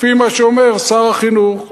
לפי מה שאומר שר החינוך,